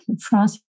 France